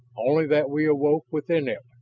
only that we awoke within it.